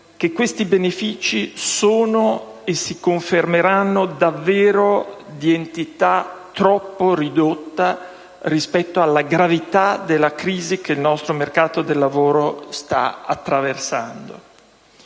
che questi benefici sono e si confermeranno davvero di entità troppo ridotta rispetto alla gravità della crisi che il nostro mercato del lavoro sta attraversando.